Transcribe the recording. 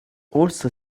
also